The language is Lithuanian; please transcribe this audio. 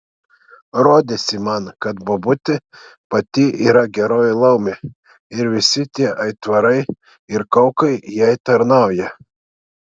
rodėsi man kad bobutė pati yra geroji laumė ir visi tie aitvarai ir kaukai jai tarnauja